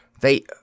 They—